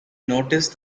notice